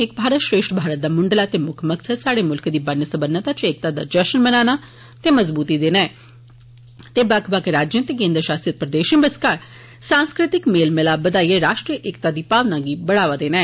एक भारत श्रेष्ठ भारत दा म्ंडला ते म्क्ख मकसद स्हाड़े म्ल्खै दी बनसब्बनता च एकता दा जश्न मनाना ते मजबूती देना ऐ ते बक्ख राज्ये ते केन्द्र शासत प्रदेशं बश्कार सांस्कृतिक मेल मिलाप बधाइए राष्ट्रीय एकता दी भावना गी बढ़ावा देना ऐ